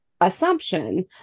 assumption